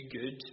good